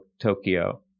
Tokyo